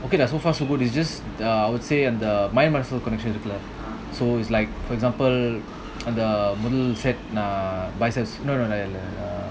okay lah so far so good it's just ah I would say the mind muscle connections have left so it's like for example the middle ah biceps no no no uh